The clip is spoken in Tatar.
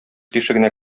тишегенә